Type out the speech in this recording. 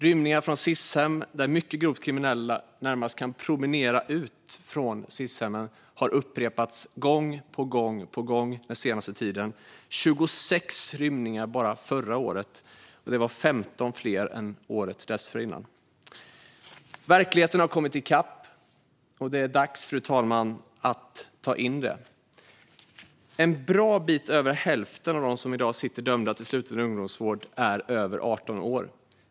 Rymningar från Sis-hem, där mycket grovt kriminella närmast kan promenera ut, har upprepats gång på gång den senaste tiden. Bara förra året skedde 26 rymningar, vilket var 15 fler än året dessförinnan. Verkligheten har kommit i kapp, fru talman, och det är dags att ta in det. En bra bit över hälften av dem som i dag är dömda till sluten ungdomsvård är över 18 år.